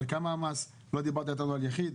לא דיברת איתנו על יחיד,